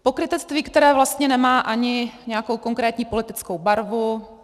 Pokrytectví, které vlastně nemá ani nějakou konkrétní politickou barvu.